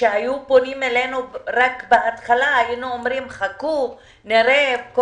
כשהיו פונים אלינו בהתחלה אמרנו שיחכו שקודם